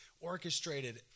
orchestrated